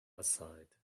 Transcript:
aside